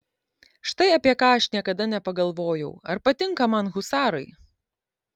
štai apie ką aš niekada nepagalvojau ar patinka man husarai